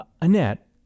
Annette